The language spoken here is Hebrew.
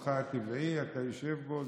מקומך הטבעי, אתה יושב בו.